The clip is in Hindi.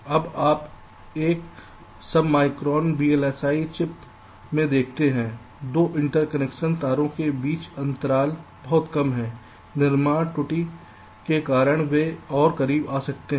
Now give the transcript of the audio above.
अब आप एक सबमिक्रॉन वीएलएसआई चिप में देखते हैं 2 इंटरकनेक्शन तारों के बीच अंतराल बहुत कम है निर्माण त्रुटि के कारण वे और करीब आ सकते हैं